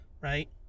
right